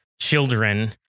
children